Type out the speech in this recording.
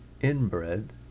inbred